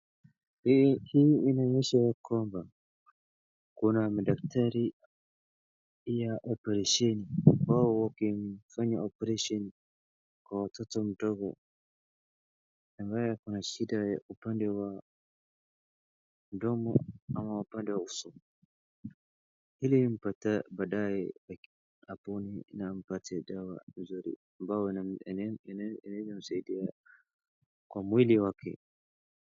Hii inaonyesha ya kwamba kuna madaktari wa operesheni ambao wanafanya operesheni kwa mtoto mdogo, ambaye ako na shida kwa upande wa mdomo ama upande wa uso, ili baadae apone na ampatie dawa nzuri ambayo inaeza msaidia kwa mwili wake.